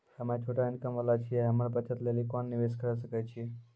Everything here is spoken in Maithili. हम्मय छोटा इनकम वाला छियै, हम्मय बचत लेली कोंन निवेश करें सकय छियै?